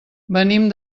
venim